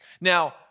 Now